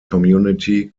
community